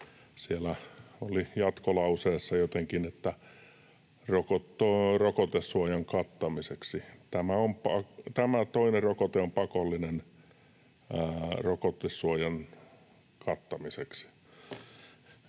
Siellä oli jatkolauseessa jotenkin, että ”tämä toinen rokote on pakollinen rokotesuojan kattamiseksi”.